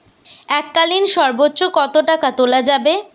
এককালীন সর্বোচ্চ কত টাকা তোলা যাবে?